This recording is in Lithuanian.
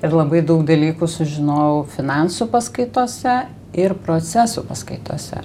ir labai daug dalykų sužinojau finansų paskaitose ir proceso paskaitose